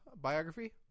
biography